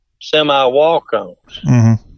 semi-walk-ons